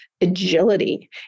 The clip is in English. agility